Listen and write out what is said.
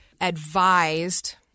advised